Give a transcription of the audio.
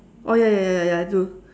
oh ya ya ya ya ya I do